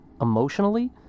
emotionally